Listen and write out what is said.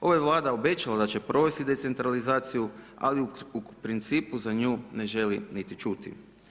Ova je Vlada obećala da će provesti decentralizaciju, ali u principu za nju ne želi niti čuti.